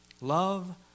Love